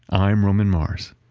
i'm roman mars.